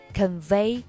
convey